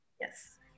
Yes